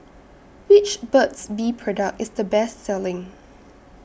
Which Burt's Bee Product IS The Best Selling